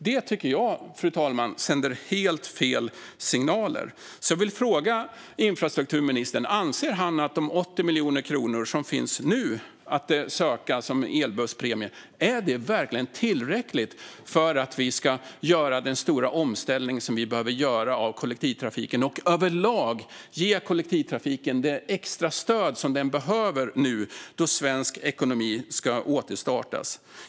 Det här tycker jag sänder helt fel signaler, fru talman, så jag vill fråga infrastrukturministern om han anser att de 80 miljoner kronor som nu finns att söka som elbusspremie verkligen är tillräckligt för att vi ska kunna göra den stora omställning av kollektivtrafiken som vi behöver göra och överlag ge kollektivtrafiken det extra stöd som den behöver nu när svensk ekonomi ska återstartas.